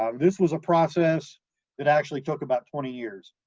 um this was a process that actually took about twenty years.